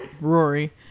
rory